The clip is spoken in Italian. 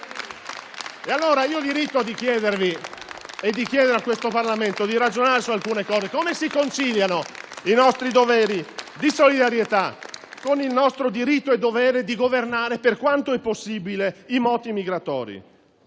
Allora, ho il diritto di chiedervi e di chiedere a questo Parlamento di ragionare su alcune cose: come si conciliano i nostri doveri di solidarietà con il nostro diritto e dovere di governare, per quanto è possibile, i moti migratori?